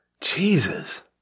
Jesus